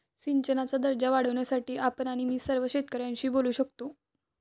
सिंचनाचा दर्जा वाढवण्यासाठी आपण आणि मी सर्व शेतकऱ्यांशी बोलू शकतो